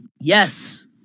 Yes